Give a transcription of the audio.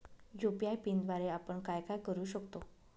UPI पिनद्वारे आपण काय काय करु शकतो?